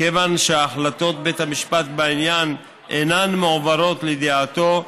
כיוון שהחלטות בית המשפט בעניין אינן מועברות לידיעתו,